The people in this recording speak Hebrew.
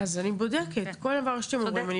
אני בודקת כל דבר שאתם אומרים.